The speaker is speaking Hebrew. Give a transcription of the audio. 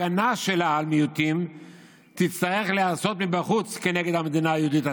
ההגנה שלה על מיעוטים תצטרך להיעשות מבחוץ כנגד המדינה היהודית עצמה,